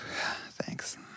thanks